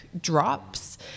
drops